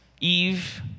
Eve